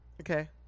Okay